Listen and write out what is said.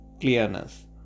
clearness